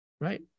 right